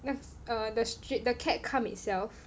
那 err the street the cat come itself